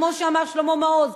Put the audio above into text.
כמו שאמר שלמה מעוז,